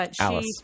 Alice